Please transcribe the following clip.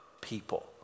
people